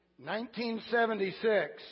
1976